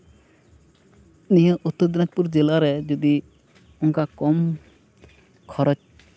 ᱱᱤᱭᱟᱹ ᱩᱛᱛᱚᱨ ᱫᱤᱱᱟᱡᱯᱩᱨ ᱡᱮᱞᱟ ᱨᱮ ᱡᱩᱫᱤ ᱚᱱᱠᱟ ᱠᱚᱢ ᱠᱷᱚᱨᱚᱪ